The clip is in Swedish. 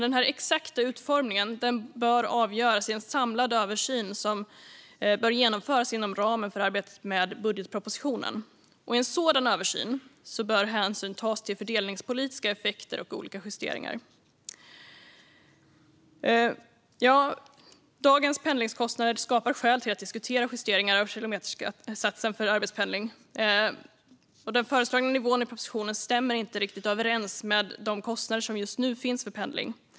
Den exakta utformningen bör dock avgöras i en samlad översyn som bör genomföras inom ramen för arbetet med budgetpropositionen. I en sådan översyn bör hänsyn tas till fördelningspolitiska effekter av olika justeringar. Dagens pendlingskostnader ger anledning att diskutera justeringar av kilometersatsen för arbetspendling. Den föreslagna nivån i propositionen stämmer inte överens med de kostnader som just nu finns för pendling.